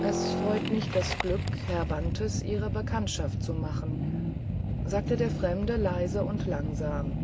es freut mich das glück herr bantes ihre bekanntschaft zu machen sagte der fremde leise und langsam